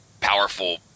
powerful